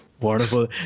Wonderful